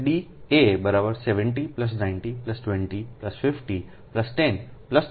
FDA 70 90 20 50 10 20200 1